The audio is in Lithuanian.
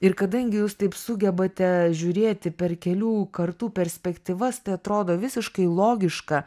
ir kadangi jūs taip sugebate žiūrėti per kelių kartų perspektyvas tai atrodo visiškai logiška